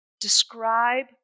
describe